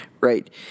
right